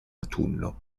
autunno